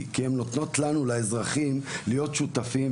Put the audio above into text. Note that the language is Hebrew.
כי הם נותנות לנו האזרחים להיות שותפים,